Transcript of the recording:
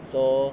so